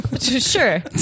Sure